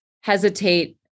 hesitate